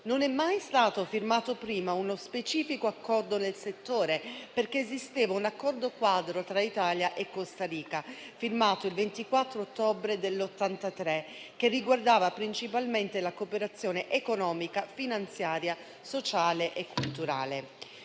Non è mai stato firmato prima uno specifico accordo nel settore, perché esisteva un accordo quadro tra Italia e Costa Rica, firmato il 24 ottobre 1983, che riguardava principalmente la cooperazione economica, finanziaria, sociale e culturale.